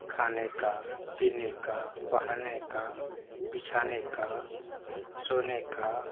खाने का पीने का पहनने का बिछाने का सोने का